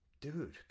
dude